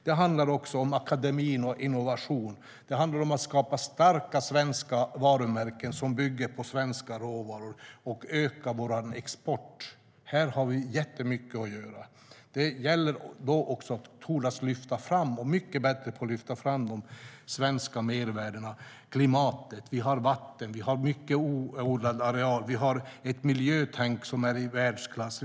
Det handlar även om akademin och innovation. Det handlar om att skapa starka svenska varumärken som bygger på svenska råvaror och om att öka vår export. Här har vi mycket att göra. Det gäller då också att man vågar och blir mycket bättre på att lyfta fram de svenska mervärdena och klimatet. Vi har vatten och mycket odlad areal. Vi har ett miljötänk som är i världsklass.